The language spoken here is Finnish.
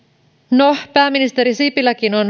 no pääministeri sipiläkin